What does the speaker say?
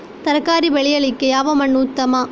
ತರಕಾರಿ ಬೆಳೆಯಲಿಕ್ಕೆ ಯಾವ ಮಣ್ಣು ಉತ್ತಮ?